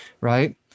Right